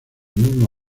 mismo